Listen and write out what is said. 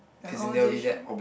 their conversation